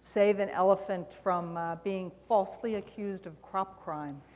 save an elephant from being falsely accused of crop crime?